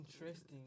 interesting